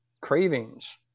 cravings